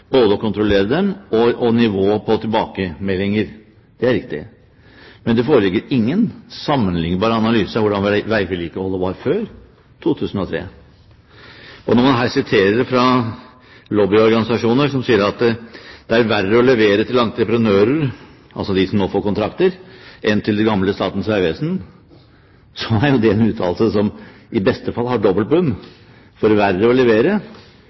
både når det gjelder å kontrollere dem og når det gjelder nivået på tilbakemeldinger. Det er riktig. Men det foreligger ingen sammenlignbar analyse av hvordan veivedlikeholdet var før 2003. Og når man her siterer fra lobbyorganisasjoner som sier at det er verre å levere til entreprenører – de som nå får kontrakter – enn til det gamle Statens vegvesen, er jo det en uttalelse som i beste fall har dobbelt bunn. Når det gjelder det med «verre å levere»,